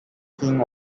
king